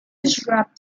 disrupt